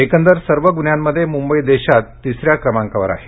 एकूण सर्व गुन्ह्यामध्ये मुंबई देशात तिसऱ्या क्रमांकावर आहे